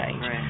Right